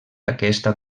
aquesta